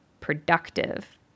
productive